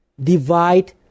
Divide